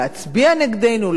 להצביע נגדנו,